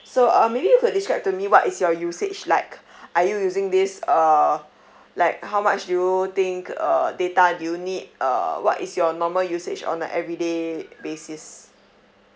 so uh maybe you could describe to me what is your usage like are you using this uh like how much do you think uh data do you need uh what is your normal usage on a everyday basis